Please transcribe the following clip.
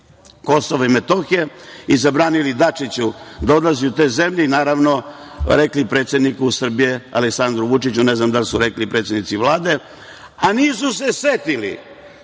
KiM i zabranili Dačiću da odlazi u te zemlje i, naravno, rekli predsedniku Srbije, Aleksandru Vučiću, ne znam da li su rekli i predsednici Vlade, a nisu se setili